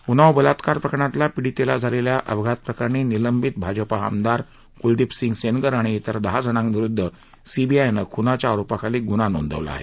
उनाव बलात्कार प्रकरणातल्या पीडितेला झालेल्या अपघात प्रकरणी निलंबित भाजपा आमदार कुलदीप सिंग सेनगर आणि इतर दहा जणांविरुद्ध सीबीआयनं खुनाच्या आरोपाखाली गुन्हा नोंदवला आहे